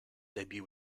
debut